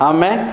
Amen